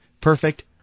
perfect